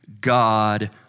God